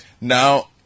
Now